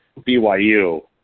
BYU